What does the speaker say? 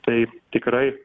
taip tikrai